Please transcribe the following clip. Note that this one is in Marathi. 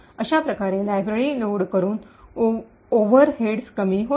अशा प्रकारे लायब्ररी लोड करून ओव्हरहेड्स कमी होते